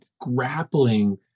grappling